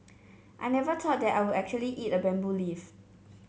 I never thought that I would actually eat a bamboo leaf